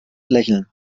lächeln